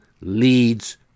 leads